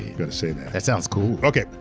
you gotta say that. that sounds cool. okay,